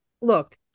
look